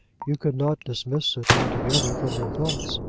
you could not dismiss it altogether from your thoughts.